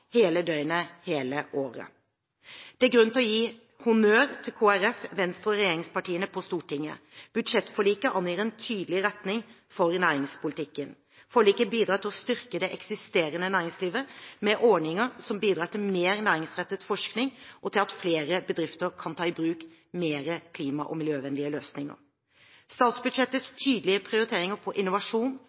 hele døgnet, hele året. Det er grunn til å gi honnør til Kristelig Folkeparti og Venstre og regjeringspartiene på Stortinget. Budsjettforliket angir en tydelig retning for næringspolitikken. Forliket bidrar til å styrke det eksisterende næringslivet med ordninger som bidrar til mer næringsrettet forskning og til at flere bedrifter kan ta i bruk mer klima- og miljøvennlige løsninger. Statsbudsjettets tydelige prioriteringer til innovasjon,